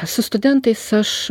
aš su studentais aš